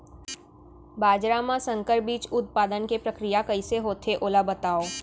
बाजरा मा संकर बीज उत्पादन के प्रक्रिया कइसे होथे ओला बताव?